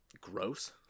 gross